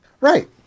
Right